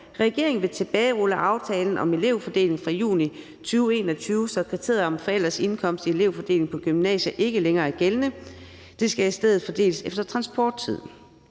jeg citerer: »Tilbagerulle aftalen om elevfordeling fra juni 2021, så kriteriet om forældres indkomst i elevfordelingen på gymnasier ikke længere er gældende. Der skal i stedet fordeles efter transporttid.«